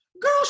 Girl